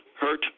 hurt